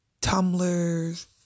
tumblers